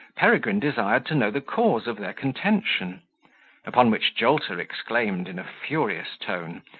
peregrine desired to know the cause of their contention upon which jolter exclaimed, in a furious tone,